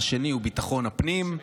השני הוא ביטחון הפנים,